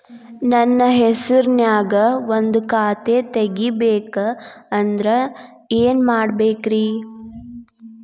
ನನ್ನ ಹೆಸರನ್ಯಾಗ ಒಂದು ಖಾತೆ ತೆಗಿಬೇಕ ಅಂದ್ರ ಏನ್ ಮಾಡಬೇಕ್ರಿ?